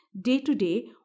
day-to-day